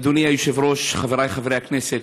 אדוני היושב-ראש, חבריי חברי הכנסת,